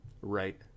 Right